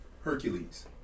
Hercules